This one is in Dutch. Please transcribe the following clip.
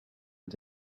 het